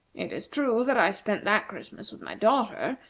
it is true that i spent that christmas with my daughter,